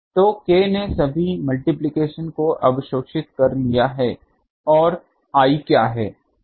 तो K ने सभी मल्टिप्लिकेशन को अवशोषित कर लिया है और I क्या हैं